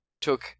took